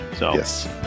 Yes